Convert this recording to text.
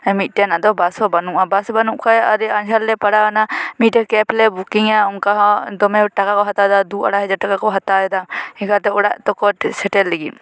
ᱢᱤᱫᱴᱮᱱ ᱟᱫᱚ ᱵᱟᱥ ᱦᱚᱸ ᱵᱟᱱᱩᱜᱼᱟ ᱵᱟᱥ ᱵᱟᱹᱱᱩᱜ ᱠᱷᱟᱱ ᱟᱹᱰᱤ ᱟᱸᱡᱷᱟᱴ ᱨᱮᱞᱮ ᱯᱟᱲᱟᱣ ᱮᱱᱟ ᱢᱤᱫᱴᱮᱱ ᱠᱮᱯ ᱞᱮ ᱵᱩᱠᱤᱝᱟ ᱚᱱᱠᱟ ᱦᱚᱸ ᱫᱚᱢᱮ ᱴᱟᱠᱟ ᱠᱚ ᱦᱟᱛᱟᱣ ᱮᱫᱟ ᱫᱩ ᱟᱲᱟᱭ ᱦᱟᱡᱟᱨ ᱴᱟᱠᱟ ᱠᱚ ᱦᱟᱛᱟᱣ ᱮᱫᱟ ᱦᱮᱸ ᱜᱟᱛᱮ ᱚᱲᱟᱜ ᱛᱟᱠᱚ ᱴᱷᱮᱱ ᱥᱮᱴᱮᱨ ᱞᱟᱹᱜᱤᱫ